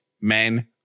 men